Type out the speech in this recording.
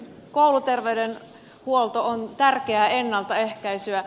kouluterveydenhuolto on tärkeää ennaltaehkäisyä